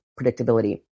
predictability